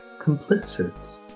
complicit